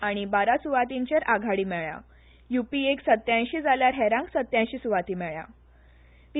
आनी बारा सुवातींचेर आघाडी मेळळ्या युपीएक सत्यायशी जाल्यार हेरांक सत्यायशी सुवाती मेळ्ळया